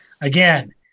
Again